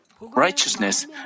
righteousness